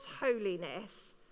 holiness